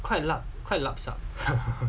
quite quite lup sup